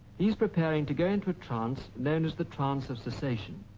he's preparing to go into a trance known as the trance of cessation.